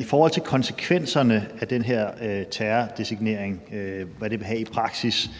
I forhold til konsekvenserne af, hvad den her terrordesignering vil have i praksis,